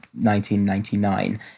1999